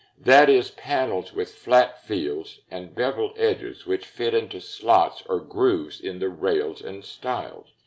that is, panels with flat fields and beveled edges which fit into slots or grooves in the rails and stiles.